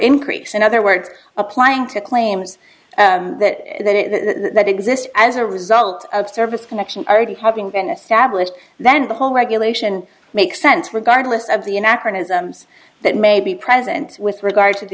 increase in other words applying to claims that that exists as a result of service connection already having been established then the whole regulation makes sense regardless of the anachronisms that may be present with regard to the